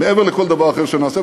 מעבר לכל דבר שנעשה,